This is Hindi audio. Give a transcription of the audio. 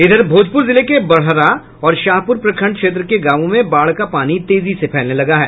इधर भोजपुर जिले के बड़हरा और शाहपुर प्रखंड क्षेत्र के गांवों में बाढ़ का पानी तेजी से फैलने लगा है